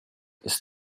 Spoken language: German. ist